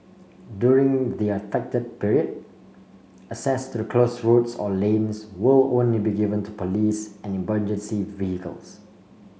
during the affected period access to the close roads or lanes will only be given to police and emergency vehicles